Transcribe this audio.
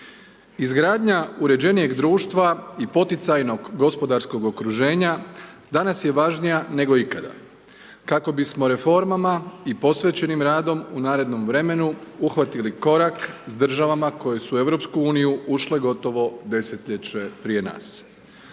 Izgradnja uređenijeg društva i poticajnog gospodarskog okruženja danas je važnija nego ikada, kako bismo reformama i posvećenim radom u narednom vremenu uhvatili korak sa državama koje su u EU ušle gotovo desetljeće prije nas.